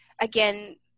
again